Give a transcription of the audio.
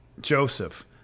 Joseph